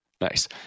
Nice